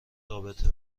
رابطه